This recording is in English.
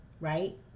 right